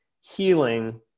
healing